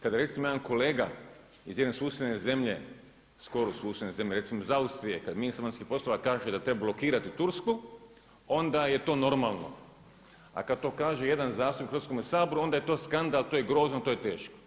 Kada recimo jedan kolega iz jedne susjedne zemlje, skoro susjedne zemlje, recimo iz Austrije, kada ministar vanjskih poslova kaže da treba blokirati Tursku, onda je to normalno a kada to kaže jedan zastupnik u Hrvatskome saboru onda je to skandal, to je grozno, to je teško.